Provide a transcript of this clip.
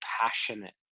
passionate